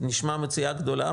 נשמע מציאה גדולה,